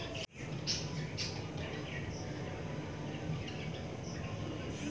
জিনিস পত্রের এক দেশ নু আরেকটায় ইম্পোর্ট এক্সপোর্টার সময় ট্যারিফ ট্যাক্স দিইতে হয়